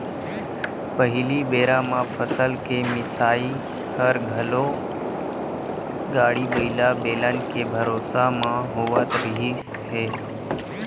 पहिली बेरा म फसल के मिंसाई हर घलौ गाड़ी बइला, बेलन के भरोसा म होवत रहिस हे